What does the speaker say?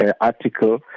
article